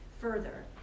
further